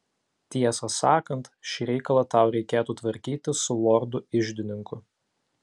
tiesą sakant šį reikalą tau reikėtų tvarkyti su lordu iždininku